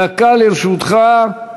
דקה לרשותך.